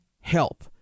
help